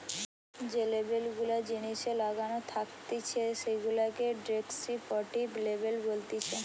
যে লেবেল গুলা জিনিসে লাগানো থাকতিছে সেগুলাকে ডেস্ক্রিপটিভ লেবেল বলতিছে